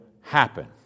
happen